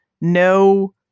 no